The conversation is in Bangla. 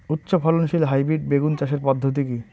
উচ্চ ফলনশীল হাইব্রিড বেগুন চাষের পদ্ধতি কী?